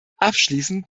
abschließend